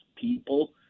people